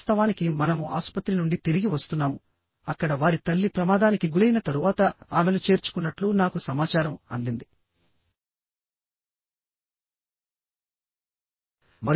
వాస్తవానికి మనము ఆసుపత్రి నుండి తిరిగి వస్తున్నాము అక్కడ వారి తల్లి ప్రమాదానికి గురైన తరువాత ఆమెను చేర్చుకున్నట్లు నాకు సమాచారం అందింది